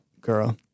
Girl